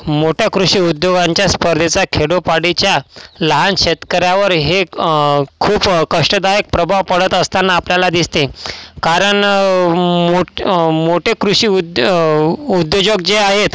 मोठ्या कृषी उद्योगांच्या स्पर्धेचा खेडोपाडीच्या लहान शेतकऱ्यावर हेक खूप कष्टदायक प्रभाव पडत असताना आपल्याला दिसते कारण मोठ मोठे कृषी उद्यो उद्योजक जे आहेत